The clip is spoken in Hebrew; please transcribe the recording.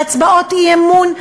והצבעות אי-אמון,